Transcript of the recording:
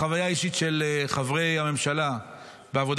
החוויה האישית של חברי הממשלה בעבודה